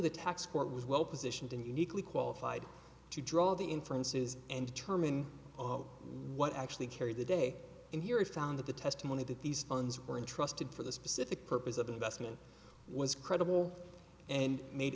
the tax court was well positioned and uniquely qualified to draw the inferences and turman what actually carried the day and here it found that the testimony that these funds were intrusted for the specific purpose of investment was credible and made